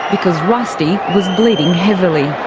because rusty was bleeding heavily.